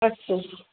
अस्तु